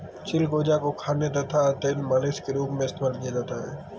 चिलगोजा को खाने तथा तेल मालिश के रूप में इस्तेमाल किया जाता है